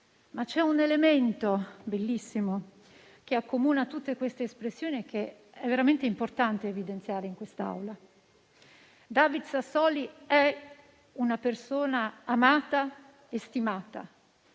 ma c'è un elemento bellissimo che accomuna tutte queste espressioni e che è veramente importante evidenziare in quest'Aula: David Sassoli è una persona amata e stimata,